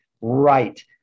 Right